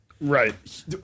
Right